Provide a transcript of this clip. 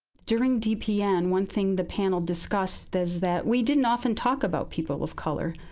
during dpn, one thing the panel discussed is that we didn't often talk about people of color,